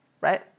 right